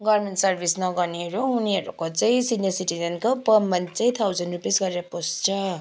government service नगर्नेहरू उनीहरूको चाहिँ सिनियर सिटिजनको पर मन्थ चाहिँ थाउजन्ड रुपिस गरेर पस्छ